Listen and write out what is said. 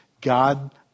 God